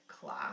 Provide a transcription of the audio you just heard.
class